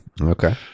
Okay